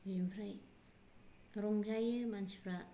बिनिफ्राय रंजायो मानसिफ्रा